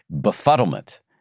befuddlement